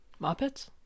Muppets